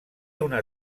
una